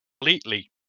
completely